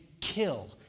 kill